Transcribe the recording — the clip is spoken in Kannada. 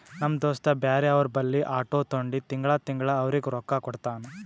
ನಮ್ ದೋಸ್ತ ಬ್ಯಾರೆ ಅವ್ರ ಬಲ್ಲಿ ಆಟೋ ತೊಂಡಿ ತಿಂಗಳಾ ತಿಂಗಳಾ ಅವ್ರಿಗ್ ರೊಕ್ಕಾ ಕೊಡ್ತಾನ್